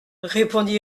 répondit